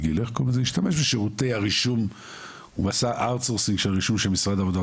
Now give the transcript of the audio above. ישתמש בשירותי הרישום --- של רישום של משרד העבודה,